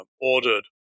ordered